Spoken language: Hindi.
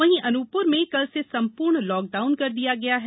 वहीं अनूपप्र में कल से संपूर्ण लॉकडाउन कर दिया गया है